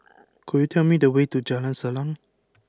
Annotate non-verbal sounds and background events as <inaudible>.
<noise> Could you tell me the way to Jalan Salang